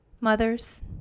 Mothers